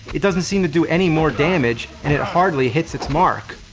it doesn't seem to do any more damage, and it hardly hits its' mark.